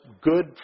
good